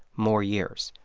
more years,